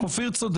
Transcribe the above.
היה פה מור"ק.